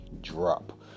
drop